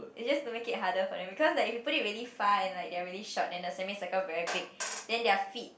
it's just to make it harder for them cause like if you put it really far and like they're really short and the semi circle very big then their feet